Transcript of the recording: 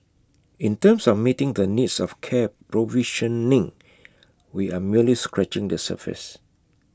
in terms of meeting the needs of care provisioning we are merely scratching the surface